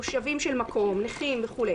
קיבלנו את החומר ואת כתב האישום.